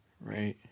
Right